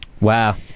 Wow